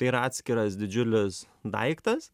tai yra atskiras didžiulis daiktas